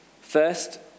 First